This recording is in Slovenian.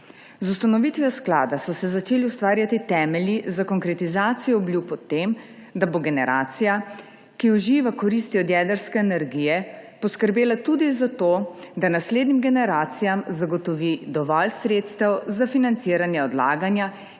Z ustanovitvijo sklada so se začeli ustvarjati temelji za konkretizacijo obljub o tem, da bo generacija, ki uživa koristi od jedrske energije, poskrbela tudi za to, da naslednjim generacijam zagotovi dovolj sredstev za financiranje odlaganja